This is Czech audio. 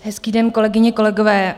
Hezký den, kolegyně, kolegové.